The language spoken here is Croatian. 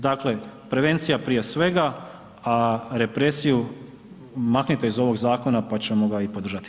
Dakle prevencija prije svega a represiju maknite iz ovog zakona pa ćemo ga i podržati.